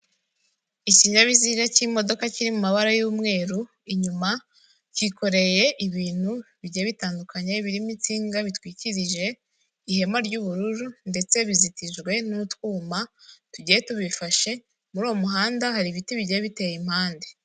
Iyi ni inzu ikodeshwa iri ahantu bita kugisozi mu mujyi wa kigali mu Rwanda bakaba bari kuvuga ngo iyi nzu irimo ibyumba bibiri kandi irimo n'ubwogero bugera kuri bubiri.